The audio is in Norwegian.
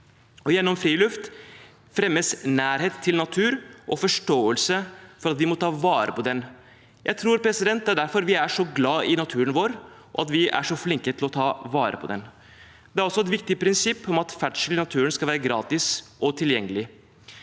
gjennom friluftsliv fremmes nærhet til natur og forståelse for at vi må ta vare på den. Jeg tror det er derfor vi er så glad i naturen vår, og at vi er så flinke til å ta vare på den. Det er også et viktig prinsipp at ferdsel i naturen skal være gratis og tilgjengelig.